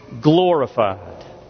glorified